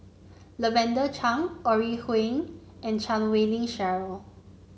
Lavender Chang Ore Huiying and Chan Wei Ling Cheryl